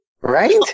Right